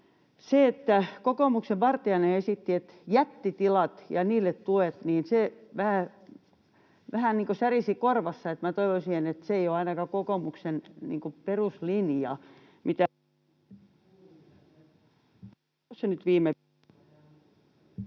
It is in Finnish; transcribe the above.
se, että kokoomuksen Vartiainen esitti jättitiloja ja niille tukia, vähän niin kuin särisi korvassa. Toivoisin, että se ei ole ainakaan kokoomuksen peruslinja, mitä hän puhui